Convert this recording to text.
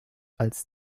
als